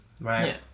right